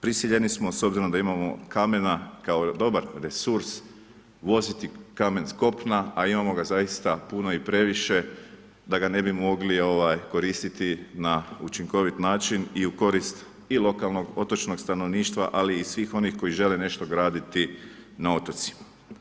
Prisiljeni smo, s obzirom da imamo kamena kao dobar resurs voziti kamen s kopna, a imamo ga zaista puno i previše da ga ne bi mogli koristi na učinkovit način i u koristi i lokalnog otočnog stanovništva, ali i svih onih koji žele nešto graditi na otocima.